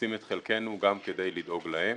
עושים את חלקנו גם כדי לדאוג להם.